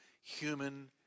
human